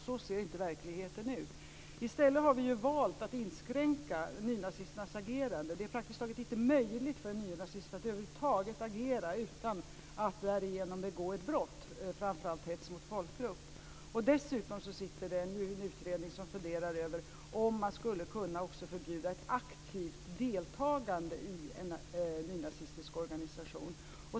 Så ser inte verkligheten ut. I stället har vi valt att inskränka nynazisternas agerande. Det är praktiskt taget inte möjligt för en nynazist att över huvud taget agera utan att därigenom begå ett brott, framför allt hets mot folkgrupp. Dessutom finns det en utredning som funderar över om man också skulle kunna förbjuda ett aktivt deltagande i en nynazistisk organisation.